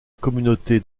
communauté